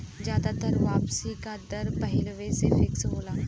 जादातर वापसी का दर पहिलवें से फिक्स होला